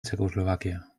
txecoslovàquia